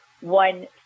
one